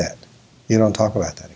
that you don't talk about